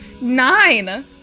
nine